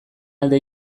alde